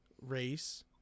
race